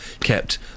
kept